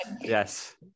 Yes